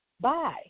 Bye